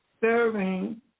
serving